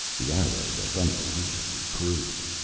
the arrow was unbelievably crude.